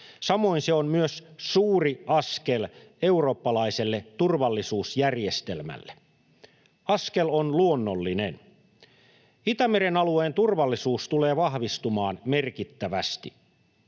Samoin se on myös suuri askel eurooppalaiselle turvallisuusjärjestelmälle. Askel on luonnollinen. Itämeren alueen turvallisuus tulee vahvistumaan merkittävästi.